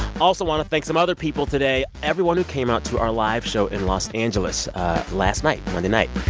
also want to thank some other people today everyone who came out to our live show in los angeles last night, monday night.